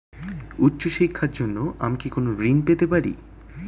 উচ্চশিক্ষার জন্য আমি কি কোনো ঋণ পেতে পারি?